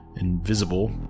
Invisible